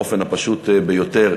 באופן הפשוט ביותר,